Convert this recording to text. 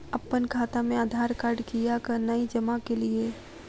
अप्पन खाता मे आधारकार्ड कियाक नै जमा केलियै?